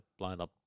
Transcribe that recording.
lineup